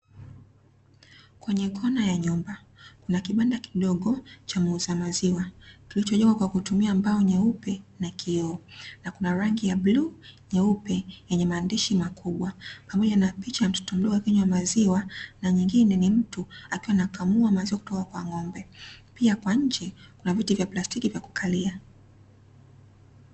Kwenye kona ya nyumba, kuna kibanda kidogo cha muuza maziwa, kilichojengwa kwa kutumia mbao nyeupe na kioo. Na kuna rangi ya bluu, nyeupe yenye maandishi makubwa, pamoja na picha ya mtoto mdogo akinywa maziwa, na nyingine ni mtu akiwa anakamua maziwa kutoka kwa ng'ombe. Pia kwa nje kuna viti vya plastiki vya kukalia.